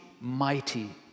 mighty